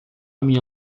minha